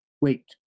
Wait